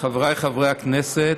חבריי חברי כנסת,